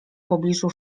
pobliżu